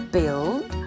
Build